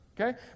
okay